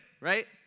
right